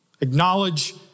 acknowledge